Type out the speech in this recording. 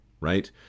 right